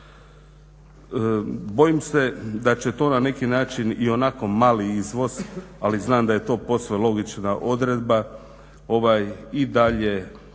Bojim se da će to na neki način ionako mali izvoz ali znam da je to posve logična odredba i dalje